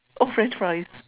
oh French fries